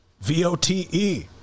v-o-t-e